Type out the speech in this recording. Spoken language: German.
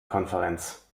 konferenz